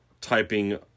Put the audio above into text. typing